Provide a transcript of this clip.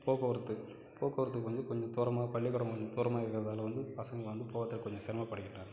போக்குவரத்து போக்குவரத்துக்கு வந்து கொஞ்சம் தூரமாக பள்ளிக்கூடம் கொஞ்சம் தூரமாக இருக்கிறதால வந்து பசங்க வந்து போறத்துக்கு கொஞ்சம் சிரமப்படுகின்றாங்க